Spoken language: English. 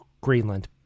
Greenland